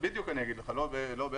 בדיוק אגיד לך, לא בערך.